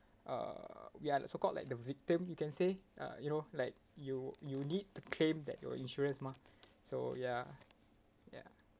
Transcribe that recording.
uh we are the so called like the victim you can say uh you know like you you need to claim that your insurance mah so ya ya